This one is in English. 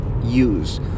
use